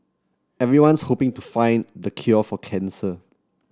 everyone's hoping to find the cure for cancer